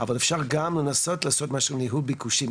אבל אפשר גם לנסות לעשות ניהול ביקושים.